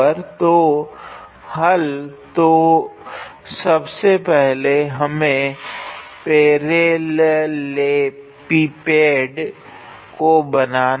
तो हल तो सब से पहले हमारे पैरेललेपिपेड को बनाते है